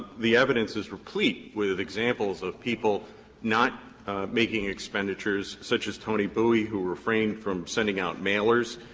the evidence is replete with examples of people not making expenditures such as tony bouie, who refrained from sending out mailers,